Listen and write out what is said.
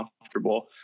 comfortable